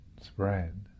spread